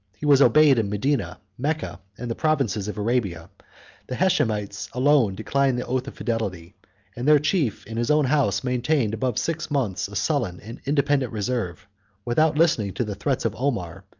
he was obeyed in medina, mecca, and the provinces of arabia the hashemites alone declined the oath of fidelity and their chief, in his own house, maintained, above six months, a sullen and independent reserve without listening to the threats of omar,